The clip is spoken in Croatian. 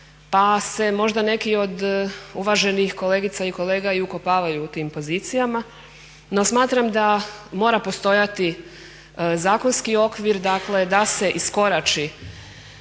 pa se možda neki od uvaženih kolegica i kolega i ukopavaju u tim pozicijama. No, smatram da mora postojati zakonski okvir, dakle da se iskorači